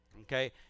Okay